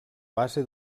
base